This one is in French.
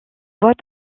voit